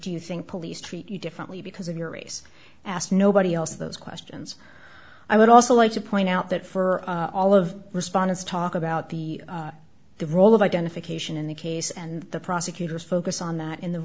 do you think police treat you differently because of your race asked nobody else of those questions i would also like to point out that for all of respondents talk about the the role of identification in the case and the prosecutors focus on that in the